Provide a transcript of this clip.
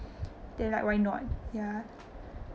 then like why not ya